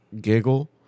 giggle